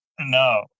No